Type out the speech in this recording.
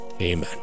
Amen